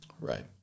Right